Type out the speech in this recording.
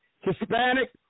Hispanic